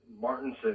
Martinson